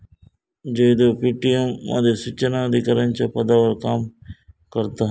Jaydev Paytm मध्ये सुचना अधिकाराच्या पदावर काम करता हा